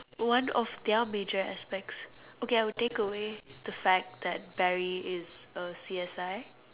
one of their major aspects okay I will take away the fact that Barry is a C_S_I